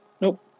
Nope